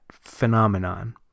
phenomenon